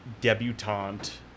debutante